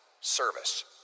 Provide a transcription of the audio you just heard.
service